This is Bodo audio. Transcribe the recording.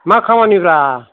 मा खामानिब्रा